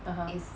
(uh huh)